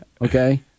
Okay